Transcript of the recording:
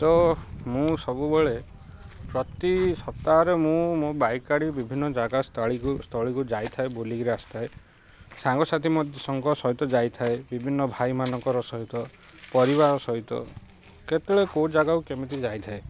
ତ ମୁଁ ସବୁବେଳେ ପ୍ରତି ସପ୍ତାହରେ ମୁଁ ମୋ ବାଇକ୍ କାଢ଼ି ବିଭିନ୍ନ ଜାଗା ସ୍ଥଳୀକୁ ସ୍ଥଳୀକୁ ଯାଇଥାଏ ବୁଲିକିରି ଆସିଥାଏ ସାଙ୍ଗସାଥି ମଧ୍ୟଙ୍କ ସହିତ ଯାଇଥାଏ ବିଭିନ୍ନ ଭାଇମାନଙ୍କର ସହିତ ପରିବାର ସହିତ କେତେବେଳେ କୋଉ ଜାଗାକୁ କେମିତି ଯାଇଥାଏ